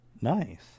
Nice